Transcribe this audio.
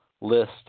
list